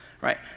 right